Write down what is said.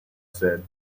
said